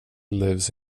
lives